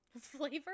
Flavor